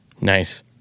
Nice